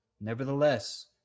Nevertheless